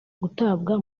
gutabwa